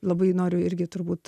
labai noriu irgi turbūt